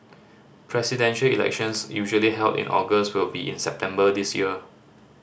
presidential elections usually held in August will be in September this year